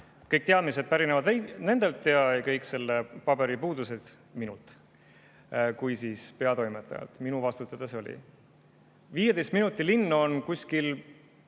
Kõik teadmised pärinevad nendelt ja kõik selle paberi puudused minult kui peatoimetajalt. Minu vastutada see oli.15 minuti linn on kuskil,